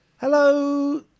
Hello